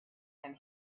than